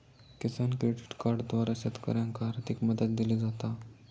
किसान credit कार्डद्वारा शेतकऱ्यांनाका आर्थिक मदत दिली जाता